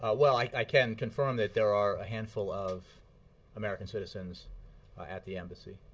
ah well, i i can confirm that there are a handful of american citizens at the embassy.